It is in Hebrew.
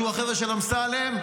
שהוא החבר'ה של אמסלם,